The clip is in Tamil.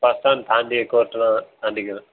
பஸ் ஸ்டாண்ட் தாண்டி கோட்டைலா தாண்டி இருக்குறேன்